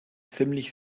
ziemlich